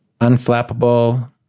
Unflappable